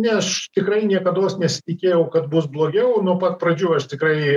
ne aš tikrai niekados nesitikėjau kad bus blogiau nuo pat pradžių aš tikrai